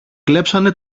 κλέψανε